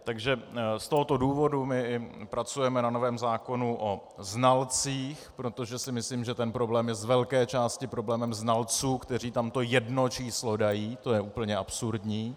Takže z tohoto důvodu pracujeme na novém zákonu o znalcích, protože si myslím, že ten problém je z velké části problémem znalců, kteří tam to jedno číslo dají, to je úplně absurdní.